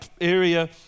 area